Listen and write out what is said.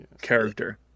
character